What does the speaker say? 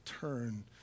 turn